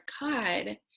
God